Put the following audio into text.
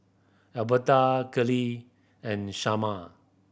Alberta Kylene and Sharman